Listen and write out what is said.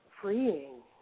freeing